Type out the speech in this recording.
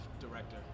director